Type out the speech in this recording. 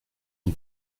une